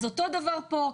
אז אותו דבר פה,